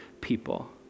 people